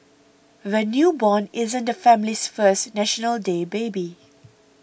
the newborn isn't the family's first National Day baby